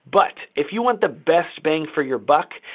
but, if you want the best bang for your buck,